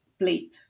bleep